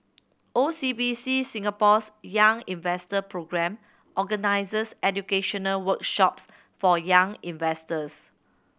O C B C Singapore's Young Investor Programme organizes educational workshops for young investors